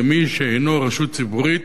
למי שאינו רשות ציבורית,